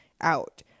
out